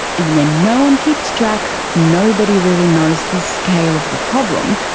and when no one keeps track, nobody really knows the scale of the problem,